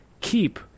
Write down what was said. keep